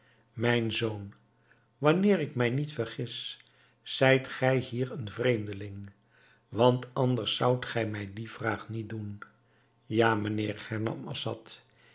mijn zoon wanneer ik mij niet vergis zijt gij hier een vreemdeling want anders zoudt gij mij die vraag niet doen ja mijnheer hernam assad